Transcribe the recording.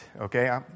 okay